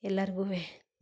ಎಲ್ಲಾರ್ಗೂ